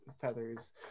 feathers